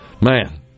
Man